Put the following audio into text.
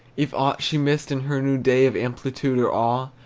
if aught she missed in her new day of amplitude, or awe,